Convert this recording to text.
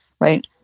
right